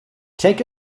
take